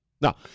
Now